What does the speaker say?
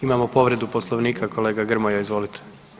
imamo povredu Poslovnika, kolega Grmoja, izvolite.